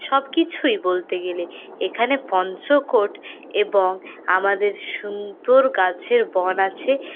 সবকিছুই বলতে গেলে এখানে পঞ্চকোট এবং আমাদের সুন্দর গাছের বন আছে